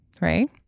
right